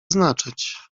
znaczyć